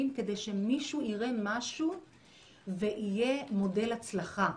כדי שמישהו יראה משהו ויהיה מודל הצלחה,